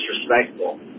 disrespectful